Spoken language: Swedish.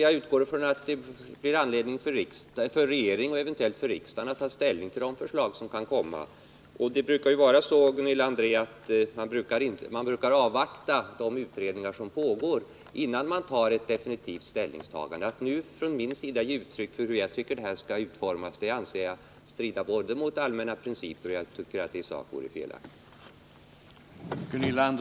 Jag utgår från att det blir anledning för regeringen och eventuellt för riksdagen att ta ställning till de förslag som kan komma. Vi brukar ju, Gunilla André, avvakta de utredningar som pågår, innan vi tar definitiv ställning. Att jag nu skulle ge uttryck för hur jag tycker att skyddet skall utformas anser jag både strida mot allmänna principer och i sak vara felaktigt.